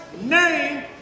name